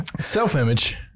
self-image